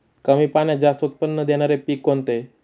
कमी पाण्यात जास्त उत्त्पन्न देणारे पीक कोणते?